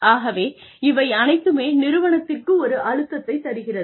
ஆகவே இவை அனைத்துமே நிறுவனத்திற்கு ஒரு அழுத்தத்தை தருகிறது